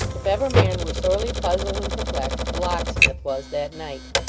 if ever man were sorely puzzled and perplexed, the locksmith was, that night.